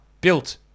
built